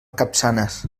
capçanes